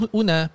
una